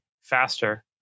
faster